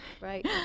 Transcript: Right